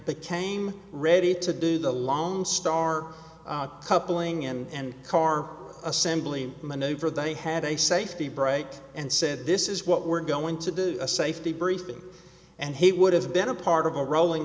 became ready to do the lone star coupling and car assembly maneuver they had a safety break and said this is what we're going to do a safety briefing and he would have been a part of a rolling